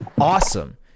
awesome